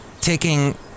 taking